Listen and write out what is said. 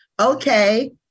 Okay